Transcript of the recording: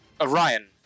Orion